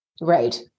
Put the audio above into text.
Right